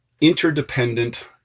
interdependent